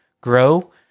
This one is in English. grow